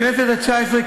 בכנסת התשע-עשרה,